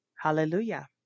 hallelujah